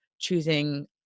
Choosing